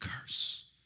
curse